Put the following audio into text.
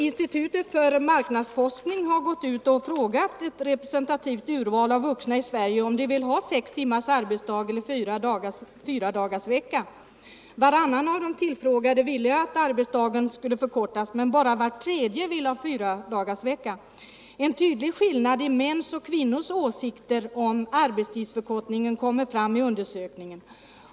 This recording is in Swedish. Institutet för marknadsforskning har frågat ett representativt urval av vuxna i Sverige om de vill ha sex timmars arbetsdag eller fyradagarsvecka. Varannan av de tillfrågade vill att arbetsdagen skulle förkortas, men bara var tredje vill ha fyradagarsvecka. En tydlig skillnad mellan mäns och kvinnors åsikter om arbetstidsförkortningen kommer fram i undersökningen.